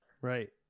Right